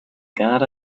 god